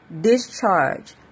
Discharge